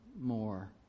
more